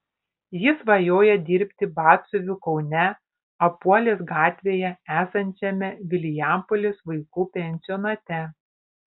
jis svajoja dirbti batsiuviu kaune apuolės gatvėje esančiame vilijampolės vaikų pensionate